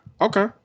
Okay